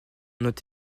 note